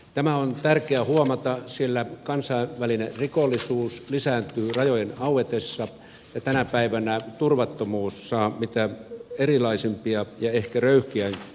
tämä on tärkeää huomata sillä kansainvälinen rikollisuus lisääntyy rajojen auetessa ja tänä päivänä turvattomuus saa mitä erilaisimpia ja ehkä röyhkeämpiäkin muotoja